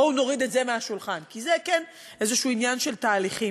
בואו נוריד את זה מהשולחן כי זה כן איזה עניין של תהליכים.